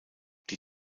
die